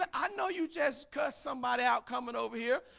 i know you just cuss somebody out coming over here.